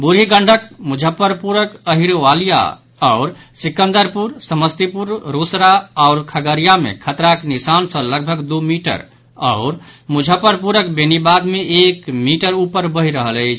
बूढ़ी गंडक मुजफ्फरपुरक अहिरवलिया आओर सिकंदरपुर समस्तीपुर रोसड़ा आओर खगड़िया मे खतराक निशान सॅ लगभग दू मीटर आओर मुजफ्फरपुरक बेनीबाद मे एक मीटर उपर बहि रहल अछि